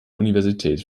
universität